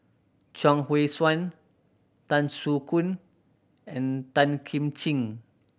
Chuang Hui Tsuan Tan Soo Khoon and Tan Kim Ching